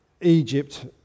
Egypt